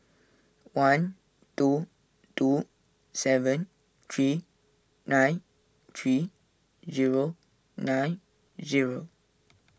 one two two seven three nine three zero nine zero